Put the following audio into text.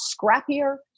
scrappier